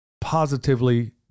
positively